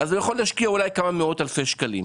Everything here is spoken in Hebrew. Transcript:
הוא יכול להשקיע אולי כמה מאות אלפי שקלים.